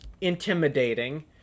intimidating